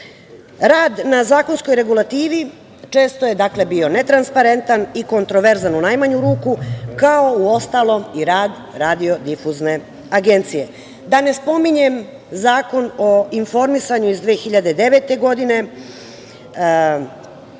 Rad na zakonskoj regulativi često je dakle, bio netransparentan i kontroverzan, u najmanju ruku, kao uostalom i rad Radio-difuzne agencije. Da ne spominjem Zakon o informisanju iz 2009. godine